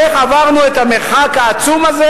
איך עברנו את המרחק העצום הזה,